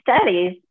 studies